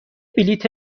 بلیط